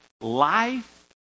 life